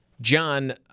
John